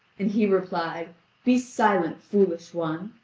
and he replied be silent, foolish one!